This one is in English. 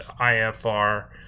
IFR